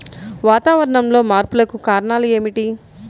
వాతావరణంలో మార్పులకు కారణాలు ఏమిటి?